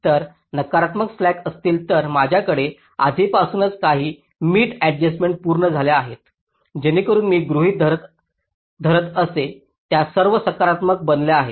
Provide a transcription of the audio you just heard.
जर नकारात्मक स्लॅक असतील तर माझ्याकडे आधीपासूनच काही मीट अडजस्टमेंट्स पूर्ण झाल्या आहेत जेणेकरून मी गृहीत धरत असे त्या सर्व सकारात्मक बनल्या आहेत